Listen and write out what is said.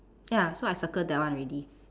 ya so I circle that one already